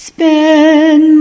Spend